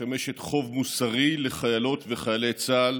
משמשת חוב מוסרי לחיילות וחיילי צה"ל